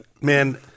Man